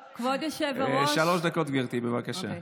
שלוש דקות, גברתי, בבקשה.